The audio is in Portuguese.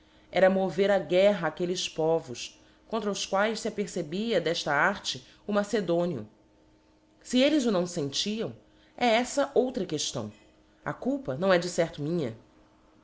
era mover a guerra áquelles povos contra os quaes fe apercebia d'efta arte o macedónio se elles o não fentiam é elfa outra queftão a culpa não é de certo minha